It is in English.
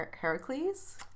Heracles